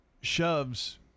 shoves